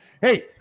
Hey